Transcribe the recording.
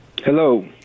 Hello